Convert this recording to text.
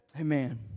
Amen